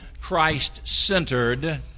Christ-centered